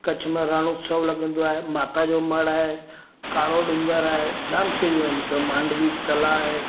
कच्छ में रण उत्सव लॻंदो आहे माता जो मड़ आहे कारो डूंगर आहे जाम शयूं आहिनि हुते मांडवी तला आहे